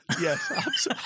yes